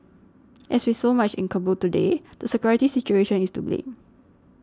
as with so much in Kabul today the security situation is to blame